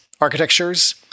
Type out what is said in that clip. architectures